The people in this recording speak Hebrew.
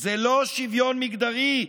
זה לא שוויון מגדרי,